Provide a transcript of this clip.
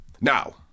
Now